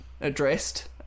addressed